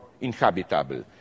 inhabitable